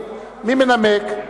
מי מנמק?